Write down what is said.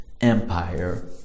empire